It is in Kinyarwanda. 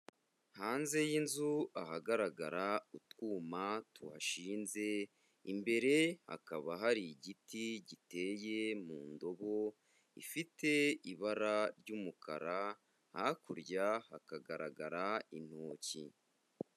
Hanze y'inzu ahagaragara utwuma tuhashinze, imbere hakaba hari igiti giteye mu ndobo ifite ibara ry'umukara, hakurya hakagaragara intoki.